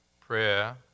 Prayer